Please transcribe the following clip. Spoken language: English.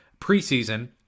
preseason